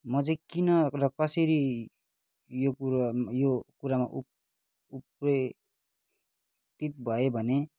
म चाहिँ किन र कसरी आफूलाई कसरी यो कुरो यो कुरामा उत् उत्प्रे उत्प्रेरित भएँ भने